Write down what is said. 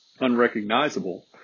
unrecognizable